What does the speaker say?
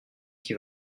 qui